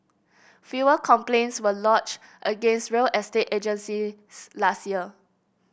fewer complaints were lodged against real estate agencies last year